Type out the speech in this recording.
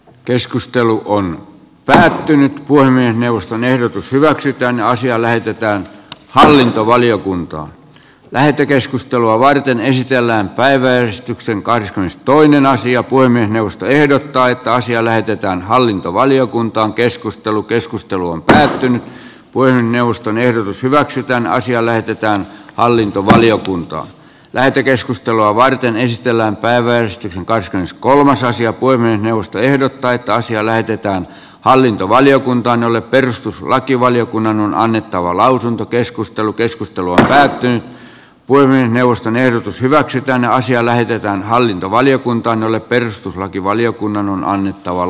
keskustelu on pysähtynyt puhemiesneuvoston ehdotus hyväksytään asia lähetetään hallintovaliokuntaan lähetekeskustelua varten esitellään päiväjärjestyksen kahdeskymmenestoinen asia voimme neuvosto ehdottaa että asia lähetetään hallintovaliokuntaan keskustelu keskustelu on päätynyt puolen jaoston ehdotus hyväksytään asia lähetetään hallintovaliokuntaan lähetekeskustelua varten esitellään päiväys on kai se jos kolmas asia voimme neuvosto ehdottaa että asia lähetetään hallintovaliokuntaan jolle perustuslakivaliokunnan on annettava lausunto keskustelu keskustelu päättyi kuin neuvoston ehdotus hyväksytään asia lähetetään hallintovaliokuntaan jolle perustuslakivaliokunnan on annettava l